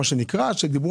בגלל